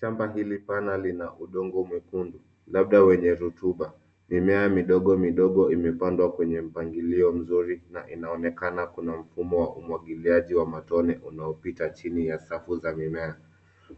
Shamba hili pana lina udongo mwekundu labda wenye rutuba. Mimea midogo midogo imepandwa kwenye mpangilio mzuri na inaonekana kuna mfumo wa umwagiliaji wa matone unaopita chini ya safu za mimea.